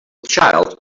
child